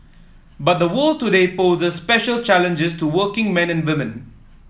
but the world today poses special challenges to working men and women